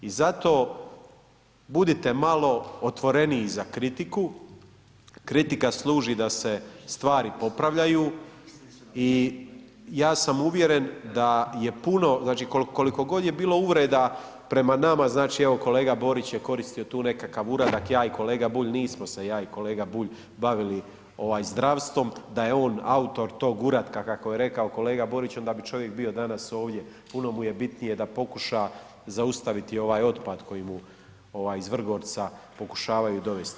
I zato budite malo otvoreniji za kritiku, kritika služi da se stvari popravljaju i ja sam uvjeren da je puno, znači koliko god je bilo uvreda prema nama, znači evo kolega Borić je koristio tu nekakav uradak, ja i kolega Bulj, nismo se ja i kolega Bulj bavili zdravstvom da je on autor tog uratka kako je rekao kolega Borić, onda bi čovjek bio danas ovdje, puno mu je bitnije da pokuša zaustaviti ovaj otpad koji mu iz Vrgorca pokušavaju dovesti.